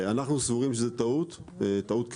אנחנו סבורים שזהו טעות קריטית,